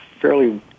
fairly